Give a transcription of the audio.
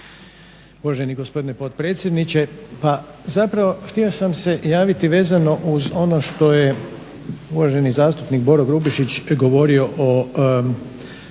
Uvaženi gospodine potpredsjedniče pa zapravo htio sam se javiti vezano uz ono što je uvaženi zastupnik Boro Grubišić govorio o